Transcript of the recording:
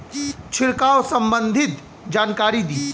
छिड़काव संबंधित जानकारी दी?